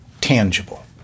tangible